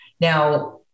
Now